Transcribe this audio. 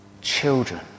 children